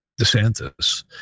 DeSantis